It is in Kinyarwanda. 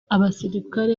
abasirikare